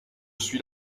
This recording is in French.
suis